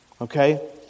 Okay